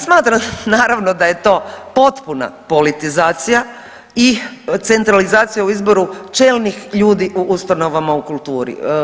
Smatram naravno da je to potpuno politizacija i centralizacija u izboru čelnih ljudi u ustanovama u kulturi.